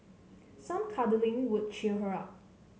some cuddling would cheer her up